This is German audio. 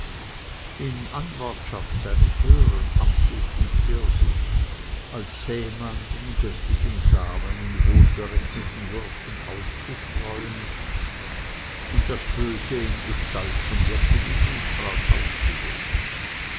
in anwartschaft seines höheren amtes übte er sich als säemann den göttlichen samen in wohlberechneten würfen auszustreuen und das böse in gestalt von wirklichem unkraut auszujäten